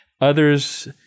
Others